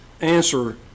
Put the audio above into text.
answer